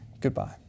Goodbye